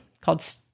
called